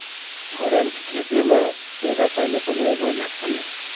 फोरन के खेती म केघा पानी पलोए बर लागथे?